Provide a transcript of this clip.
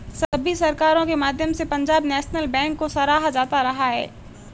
सभी सरकारों के माध्यम से पंजाब नैशनल बैंक को सराहा जाता रहा है